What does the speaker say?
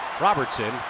Robertson